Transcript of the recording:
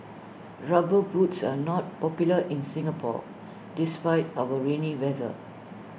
rubber boots are not popular in Singapore despite our rainy weather